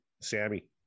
Sammy